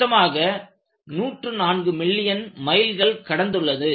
மொத்தமாக 104 மில்லியன் மைல்கள் கடந்துள்ளது